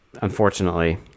unfortunately